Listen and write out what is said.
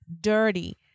dirty